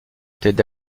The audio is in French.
étaient